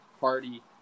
Party